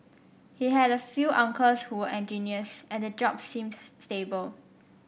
he had a few uncles who engineers and the job seems stable